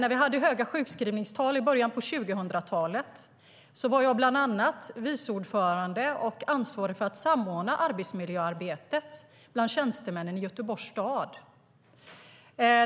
I början av 2000-talet, när det rådde höga sjukskrivningstal, var jag bland annat vice ordförande och ansvarig för att samordna arbetsmiljöarbetet bland tjänstemännen i Göteborgs stad.